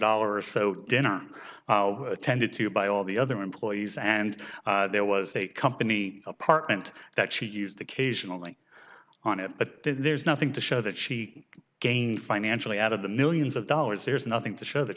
dollars or so dinner attended to by all the other employees and there was a company apartment that she used occasionally on it but there's nothing to show that she gained financially out of the millions of dollars there's nothing to show that